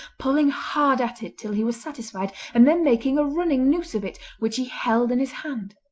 pulling hard at it till he was satisfied and then making a running noose of it, which he held in his hand.